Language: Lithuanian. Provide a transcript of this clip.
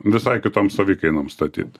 visai kitom savikainom statyt